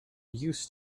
used